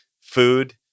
food